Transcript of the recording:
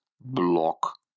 block